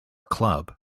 club